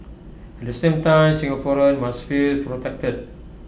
at the same time Singaporeans must feel protected